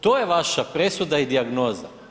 To je vaša presuda i dijagnoza.